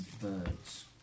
birds